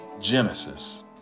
genesis